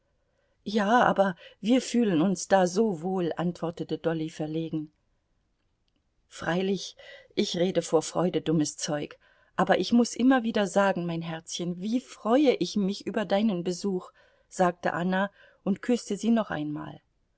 ja aber wir fühlen uns da so wohl antwortete dolly verlegen freilich ich rede vor freude dummes zeug aber ich muß immer wieder sagen mein herzchen wie freue ich mich über deinen besuch sagte anna und küßte sie noch einmal